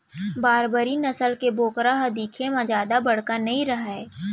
बारबरी नसल के बोकरा ह दिखे म जादा बड़का नइ रहय